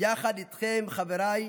יחד איתכם, חבריי,